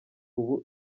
ubu